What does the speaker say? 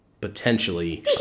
potentially